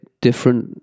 different